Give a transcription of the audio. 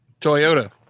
Toyota